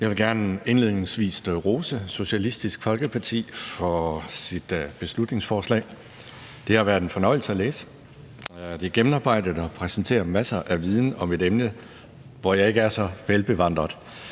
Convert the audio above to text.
Jeg vil gerne indledningsvis rose Socialistisk Folkeparti for sit beslutningsforslag. Det har været en fornøjelse at læse, og det er gennemarbejdet og præsenterer masser af viden om et emne, hvor jeg ikke er så velbevandret.